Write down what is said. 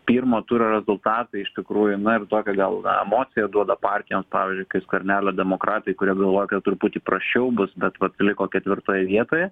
pirmo turo rezultatai iš tikrųjų na ir tokią gal emociją duoda partijoms pavyzdžiui kai skvernelio demokratai kurie galvoja kad truputį prasčiau bus bet vat liko ketvirtoje vietoje